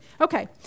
Okay